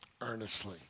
Earnestly